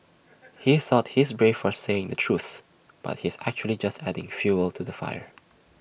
he thought he's brave for saying the truth but he's actually just adding fuel to the fire